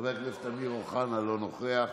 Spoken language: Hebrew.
חבר הכנסת אמיר אוחנה, אינו נוכח,